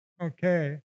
okay